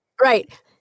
Right